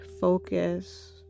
focus